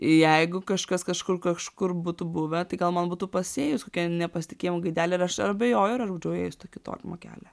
jeigu kažkas kažkur kažkur būtų buvę tai gal man būtų pasėjus nepasitikėjimo gaidelę ir aš abejoju ar aš būčiau ėjus tokį tolimą kelią